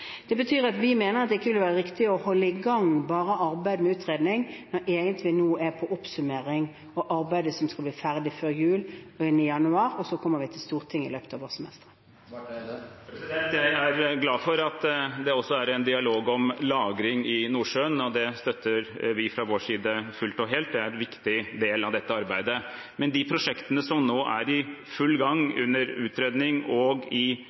Det betyr at vi mener at det ikke vil være riktig å holde i gang bare arbeidet med utredning, når vi nå egentlig er på oppsummeringen og arbeidet som skal bli ferdig før jul og inn i januar. Og så kommer vi til Stortinget i løpet av vårsemesteret. Jeg er glad for at det også er en dialog om lagring i Nordsjøen, og det støtter vi fra vår side fullt og helt. Det er en viktig del av dette arbeidet. Men de prosjektene som nå er i full gang, under utredning og i